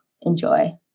enjoy